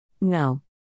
No